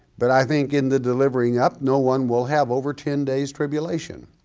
but i think in the delivering up, no one will have over ten days tribulation.